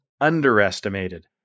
underestimated